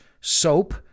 soap